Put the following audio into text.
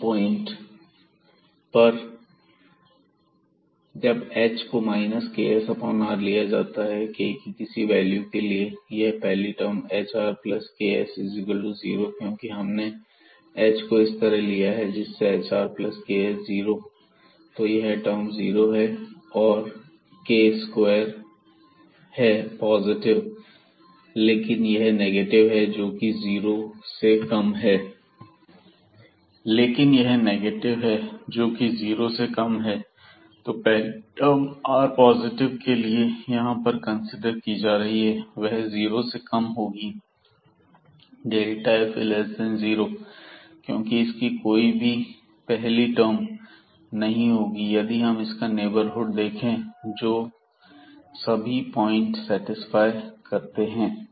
इस पॉइंट पर जब h को ksr लिया जाता है k की किसी भी वैल्यू के लिए यह पहली टर्म hrks0 क्योंकि हमने h को इस तरह लिया है जिससे hrks0 तो यह टर्म 0 है और यह k2 है पॉजिटिव है लेकिन यह नेगेटिव है जोकि जीरो से कम है तो पहली टर्म r पॉजिटिव के लिए जो यहां पर कंसीडर की जा रही है वह 0 से कम होगी f0 क्योंकि इसकी कोई भी पहली टर्म नहीं होगी यदि हम इसका नेबरहुड देखें जो सभी पॉइंट सेटिस्फाई करते हैं